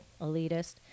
Elitist